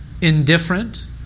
indifferent